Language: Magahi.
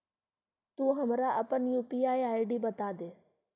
तू हमारा अपन यू.पी.आई आई.डी बता दअ